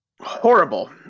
horrible